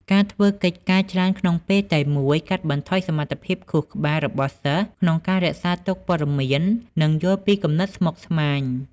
ការធ្វើកិច្ចការច្រើនក្នុងពេលតែមួយ កាត់បន្ថយសមត្ថភាពខួរក្បាលរបស់សិស្សក្នុងការរក្សាទុកព័ត៌មាន និងយល់ពីគំនិតស្មុគស្មាញ។